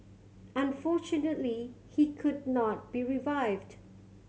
unfortunately he could not be revived